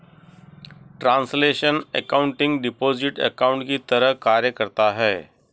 translational accounting deposit account की तरह कार्य करता है